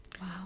Wow